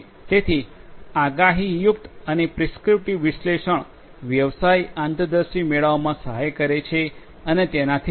તેથી આગાહીયુક્ત અને પ્રિસ્ક્રિપ્ટિવ વિશ્લેષણ વ્યવસાય આંતરદૃષ્ટિ મેળવવામાં સહાય કરે છે અને તેનાથી વધુ